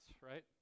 right